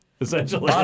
Essentially